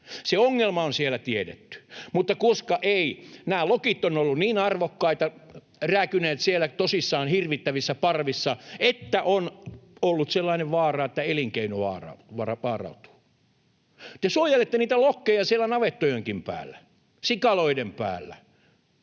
Se ongelma on siellä tiedetty. Mutta ei, nämä lokit ovat olleet niin arvokkaita, rääkyneet siellä tosissaan hirvittävissä parvissa, että on ollut sellainen vaara, että elinkeino vaarantuu. Te suojelette niitä lokkeja siellä navettojenkin päällä ja sikaloiden päällä,